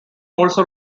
also